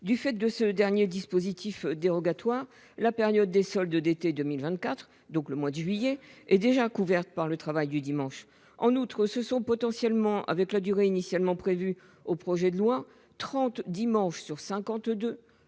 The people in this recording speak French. Du fait de ce dernier dispositif dérogatoire, la période des soldes d'été 2024, donc le mois de juillet, est déjà ouverte au travail le dimanche. En outre, si l'on retient la durée initialement prévue dans le projet de loi, ce sont